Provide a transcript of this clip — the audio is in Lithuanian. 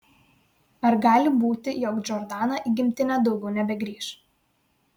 ar gali būti jog džordana į gimtinę daugiau nebegrįš